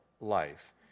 life